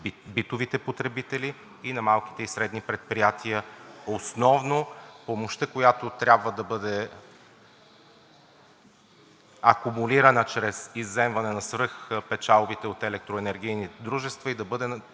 битовите потребители и на малките и средните предприятия. Основно помощта, която трябва да бъде акумулирана чрез изземване на свръхпечалбите от електроенергийните дружества и да бъде